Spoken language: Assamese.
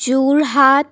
যোৰহাট